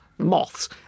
moths